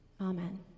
Amen